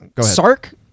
Sark